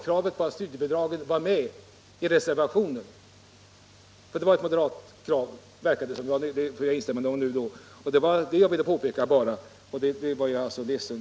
Vidare vill jag bara påpeka att jag var ledsen att inte moderatkravet - om jag nu hade rätt — beträffande studiebidragen var med i reservationen.